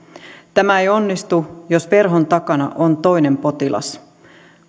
tämä ei onnistu jos verhon takana on toinen potilas